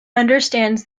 understands